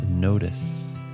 notice